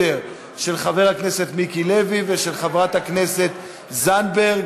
של חבר הכנסת מיקי לוי ושל חברת הכנסת זנדברג,